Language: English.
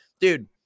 Dude